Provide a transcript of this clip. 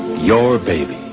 your baby.